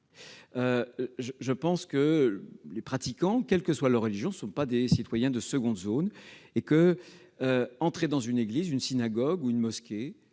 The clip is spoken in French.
de produire. Les pratiquants, quelle que soit leur religion, ne sont pas des citoyens de seconde zone ; entrer dans une église, une synagogue ou une mosquée